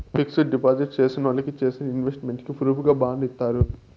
fixed deposit చేసినోళ్ళకి చేసిన investment కి ప్రూఫుగా బాండ్ ఇత్తారు